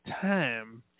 time